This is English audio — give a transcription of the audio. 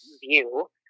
view